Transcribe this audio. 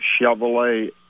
Chevrolet